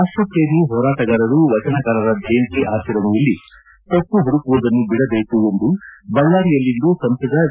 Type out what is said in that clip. ರಾಷ್ಟಪ್ರೇಮಿ ಹೋರಾಟಗಾರರು ವಚನಕಾರರ ಜಯಂತಿ ಆಚರಣೆಯಲ್ಲಿ ತಮ್ಪ ಪುಡುಕುವುದನ್ನು ಬಿಡಬೇಕು ಎಂದು ಬಳ್ಳಾರಿಯಲ್ಲಿಂದು ಸಂಸದ ವಿ